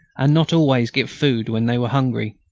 and not always get food when they were hungry.